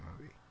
movie